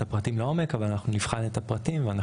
הפרטים לעומק אבל אנחנו נבחן את הפרטים.